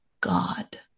God